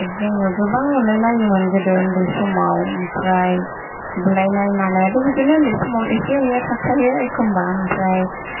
जोङो गोबां अनलायलायोमोन गोदो उन्दै समाव ओमफ्राय बुलायनाय मानायाथ ' बे उन्दै समाव एसे एनैया थाखायो एखनबा ओमफ्राय